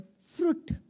fruit